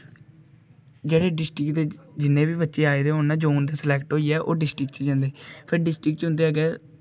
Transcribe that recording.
जेह्ड़ी डिस्ट्रिक्ट दे जि'न्नें बी बच्चे आए दे होन ना जोन दे सिलेक्ट होइयै ओह् डिस्ट्रिक्ट च जंदे फिर डिस्ट्रिक्ट च उं'दे अग्गें